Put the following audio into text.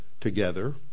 together